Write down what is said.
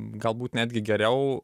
galbūt netgi geriau